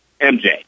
MJ